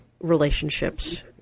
relationships